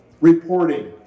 reporting